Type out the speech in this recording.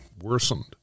worsened